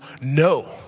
no